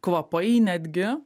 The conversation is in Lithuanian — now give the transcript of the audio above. kvapai netgi